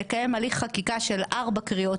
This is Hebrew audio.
לקיים הליך חקיקה של ארבע קריאות,